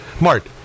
Mart